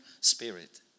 spirit